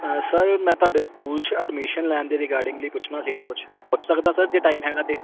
sir ਮੈਂ ਤੁਹਾਡੇ school 'ਚ ਐਡਮਿਸ਼ਨ ਲੈਣ ਦੇ ਰਿਗਾਰਡਿੰਗਲੀ ਪੁੱਛਣਾ ਸੀਗਾ ਕੁਛ ਪੁੱਛ ਸਕਦਾ ਸਰ ਜੇ ਟਾਈਮ ਹੈਗਾ ਤਾਂ